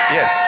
Yes